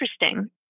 interesting